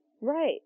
right